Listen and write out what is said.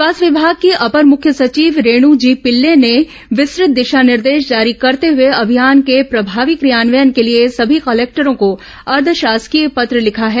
स्वास्थ्य विभाग की अपर मुख्य सचिव रेणु जी पिल्ले ने विस्तृत दिशा निर्देश जारी करते हए अभियान के प्रभावी क्रियान्वयन के लिए सभी कलेक्टरों को अर्धशासकीय पत्र लिखा है